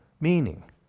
meaning